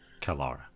Kalara